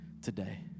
Today